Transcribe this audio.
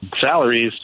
salaries